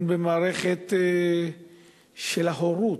הן במערכת של ההורות.